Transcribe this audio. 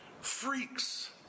freaks